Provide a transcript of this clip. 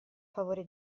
favore